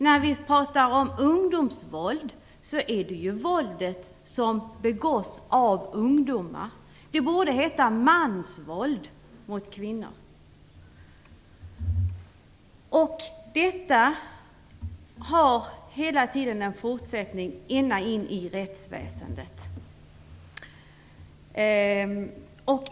När vi pratar om "ungdomsvåld" gäller det våld som begås av ungdomar. Det borde heta "mansvåld mot kvinnor". Detta har en fortsättning ända in i rättsväsendet.